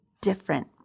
different